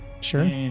Sure